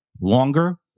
Longer